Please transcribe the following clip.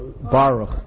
Baruch